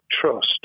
trust